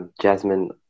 jasmine